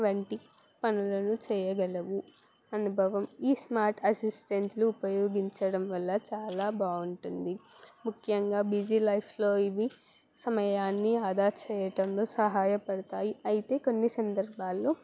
వంటి పనులను చేయగలవు అనుభవం ఈ స్మార్ట్ అసిస్టెంట్లు ఉపయోగించడం వల్ల చాలా బాగుంటుంది ముఖ్యంగా బిజీ లైఫ్లో ఇవి సమయాన్ని ఆదా చేయటంలో సహాయపడతాయి అయితే కొన్ని సందర్భాల్లో